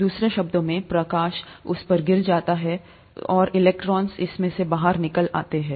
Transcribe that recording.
दूसरे शब्दों में प्रकाश उस पर गिर जाता है और इलेक्ट्रॉन इससे बाहर निकल जाते हैं